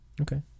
Okay